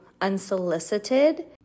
unsolicited